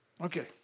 Okay